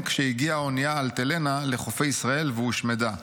כשהגיעה האונייה 'אלטלנה' לחופי ישראל והושמדה,